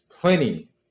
plenty